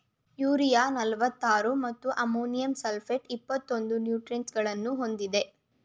urea ನಲ್ವತ್ತಾರು ಮತ್ತು ammonium sulphate ಇಪ್ಪತ್ತೊಂದು ನ್ಯೂಟ್ರಿಯೆಂಟ್ಸಗಳನ್ನು ಹೊಂದಿದೆ